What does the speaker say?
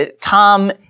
tom